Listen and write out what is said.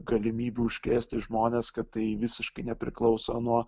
galimybių užkrėsti žmones kad tai visiškai nepriklauso nuo